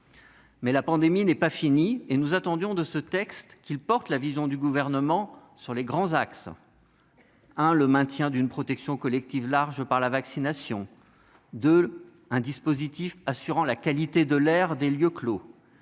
Mais la pandémie n'est pas finie, et nous attendions de ce texte qu'il exprime la vision du Gouvernement sur les grands axes : maintien d'une protection collective large par la vaccination ; dispositif assurant la qualité de l'air des lieux clos